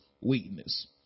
weakness